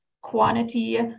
quantity